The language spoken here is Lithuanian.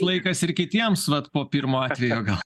laikas ir kitiems vat po pirmo atvejo gal